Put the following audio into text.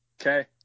Okay